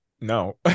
No